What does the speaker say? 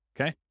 Okay